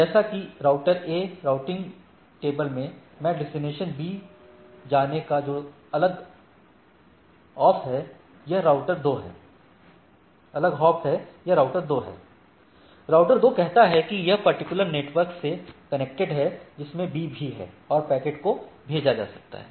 जैसे कि router A routing table में डेस्टिनेशन B जाने का जो अगला ऑफ है वह राउटर 2 है राउटर 2 कहता है कि वह पर्टिकुलर नेटवर्क से कनेक्टेड है जिसमें B भी है और पैकेट को भेजा जा सकता है